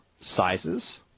sizes